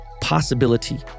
possibility